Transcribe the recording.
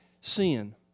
sin